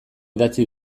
idatzi